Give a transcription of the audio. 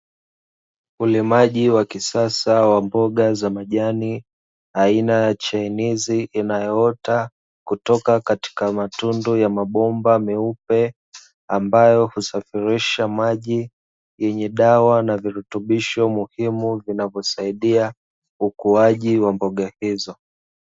Ulimaji wa kisasa wa mboga za majani aina ya chainizi inayoota kutoka katika matundu ya mabomba meupe, ambayo husafirisha maji yenye dawa na virutubisho muhimu vinavosaidia ukuaji wa mboga hizo.